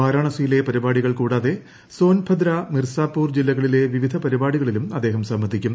വാരാണസിയിലെ പരിപാടികൾ കൂടാതെ സോൻഭദ്ര മിർസാപൂർ ജില്ലകളിലെ വിവിധ പരിപാടികളിലും അദ്ദേഹം സംബന്ധിക്കും